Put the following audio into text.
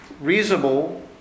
reasonable